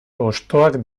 hostoak